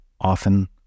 often